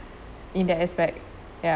in that aspect ya